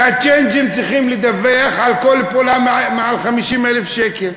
שהצ'יינג'ים צריכים לדווח על כל פעולה מעל 50,000 שקל.